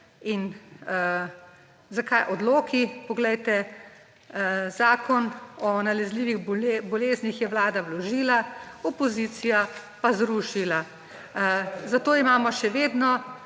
In zakaj odloki? Zakon o nalezljivih boleznih je Vlada vložila, opozicija pa zrušila. Zato imamo še vedno